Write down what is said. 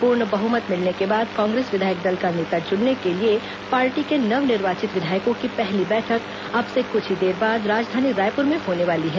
पूर्ण बहुमत मिलने के बाद कांग्रेस विधायक दल का नेता चुनने के लिए पार्टी के नव निर्वाचित विधायकों की पहली बैठक अब से क्छ ही देर बाद राजधानी रायपूर में होने वाली है